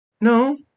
no